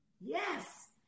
Yes